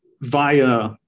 via